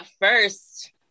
first